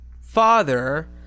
father